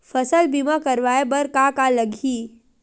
फसल बीमा करवाय बर का का लगही?